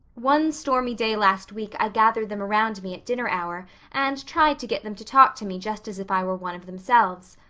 one stormy day last week i gathered them around me at dinner hour and tried to get them to talk to me just as if i were one of themselves.